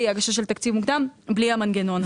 הגשה של תקציב מוקדם בלי המנגנון הזה.